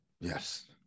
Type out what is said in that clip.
yes